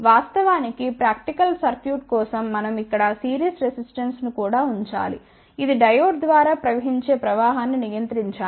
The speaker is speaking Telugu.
వాస్తవానికి ప్రాక్టికల్ సర్క్యూట్ల కోసం మనం ఇక్కడ సిరీస్ రెసిస్టెన్స్ ను కూడా ఉంచాలి ఇది డయోడ్ ద్వారా ప్రవహించే ప్రవాహాన్ని నియంత్రించాలి